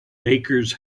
bakers